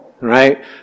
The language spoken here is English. right